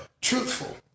truthful